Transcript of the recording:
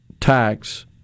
tax